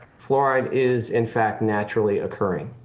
fluoride is in fact naturally occurring.